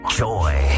joy